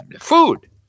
food